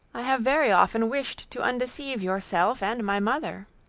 i have very often wished to undeceive yourself and my mother,